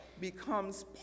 becomes